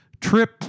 TRIP